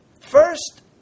First